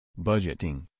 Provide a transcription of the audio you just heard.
Budgeting